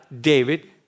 David